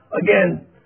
Again